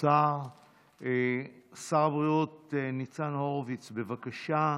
שר הבריאות ניצן הורוביץ,